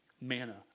manna